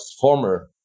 former